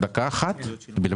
דקה אחת בלבד?